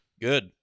Good